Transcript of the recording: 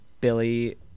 Billy